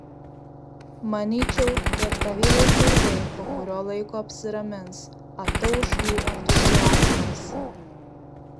manyčiau ir tavieji sargai po kurio laiko apsiramins atauš jų entuziazmas